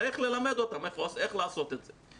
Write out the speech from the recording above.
צריך ללמד אותם איך לעשות את זה.